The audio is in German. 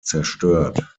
zerstört